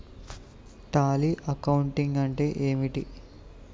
Tally accounting అంటే ఏమిటి?